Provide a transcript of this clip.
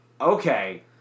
okay